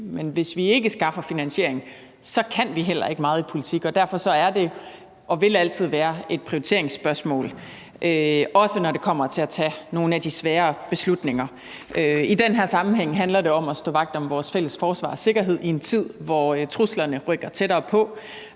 Men hvis vi ikke skaffer finansiering, kan vi heller ikke meget i politik, og derfor er det og vil det altid være et prioriteringsspørgsmål, også når det kommer til at tage nogle af de sværere beslutninger. I den her sammenhæng handler det om at stå vagt om vores fælles forsvar og sikkerhed i en tid, hvor truslerne rykker tættere på.